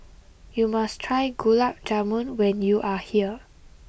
you must try Gulab Jamun when you are here